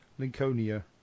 Lincolnia